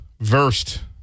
versed